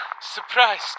Surprised